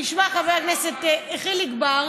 תשמע, חבר הכנסת חיליק בר,